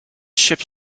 ship